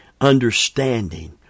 Understanding